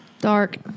Dark